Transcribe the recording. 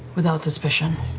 without suspicion.